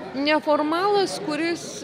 neformalas kuris